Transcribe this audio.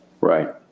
Right